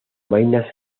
vainas